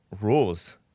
rules